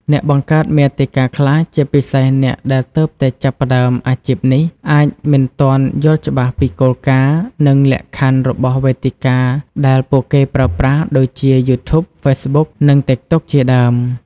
អ្នកបង្កើតមាតិកាខ្លះ ជាពិសេសអ្នកដែលទើបតែចាប់ផ្តើមអាជីពនេះ អាចមិនទាន់យល់ច្បាស់ពីគោលការណ៍ និងលក្ខខណ្ឌរបស់វេទិកាដែលពួកគេប្រើប្រាស់ ដូចជា យូធូប ហ្វេសប៊ុក និង តិកតុក ជាដើម។